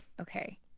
okay